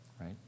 right